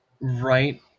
Right